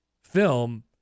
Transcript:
film